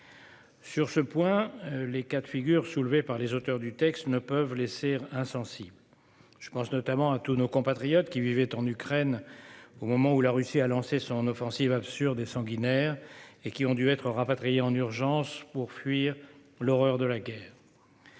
Sur ce point, les cas de figure soulevés par les auteurs du texte ne peuvent laisser insensibles. Je pense notamment à nos compatriotes qui vivaient en Ukraine au moment où la Russie a lancé son offensive absurde et sanguinaire, et qui ont dû être rapatriés en urgence pour fuir l'horreur de la guerre.